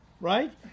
right